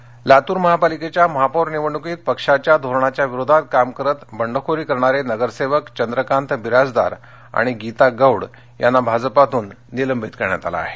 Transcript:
निलंबन लातूर महापालिकेच्या महापौर निवडणूकीतपक्षाच्या धोरणाविरोधात काम करत बंडखोरी करणारे नगरसेवक चंद्रकांत बिराजदार आणिगीता गौड यांना भाजपातून निलंबित करण्यात आलं आहे